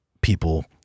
people